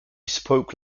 spoke